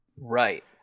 Right